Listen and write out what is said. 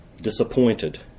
disappointed